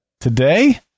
Today